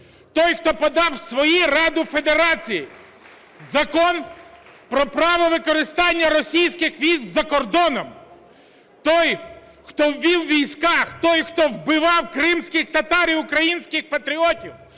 Той, хто подав в свою Раду Федерації Закон про право використання російських військ за кордоном. Той, хто ввів війська, той, хто вбивав кримських татар і українських патріотів,